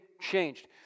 changed